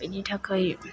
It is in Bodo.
बिनि थाखाय